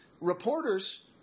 reporters